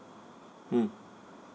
mm